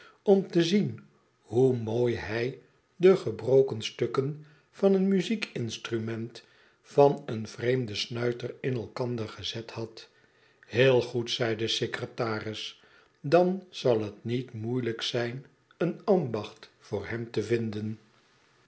om te zien hoe mooi hij de gebroken stukken van een muziek instrument van een vreemden snuiter in elkander gezet had heel goed zei de secretaris idan zal het niet moeilijk zijn een ambacht voor hem te vinden